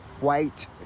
white